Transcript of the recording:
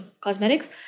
cosmetics